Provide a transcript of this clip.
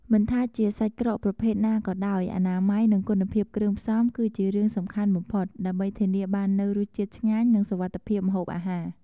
មិនថាជាសាច់ក្រកប្រភេទណាក៏ដោយ អនាម័យ និងគុណភាពគ្រឿងផ្សំ គឺជារឿងសំខាន់បំផុត ដើម្បីធានាបាននូវរសជាតិឆ្ងាញ់ និងសុវត្ថិភាពម្ហូបអាហារ។